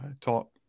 talk